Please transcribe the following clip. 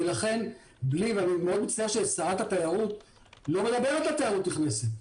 אני מאוד מצטער ששרת התיירות לא מדברת על תיירות נכנסת.